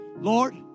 Lord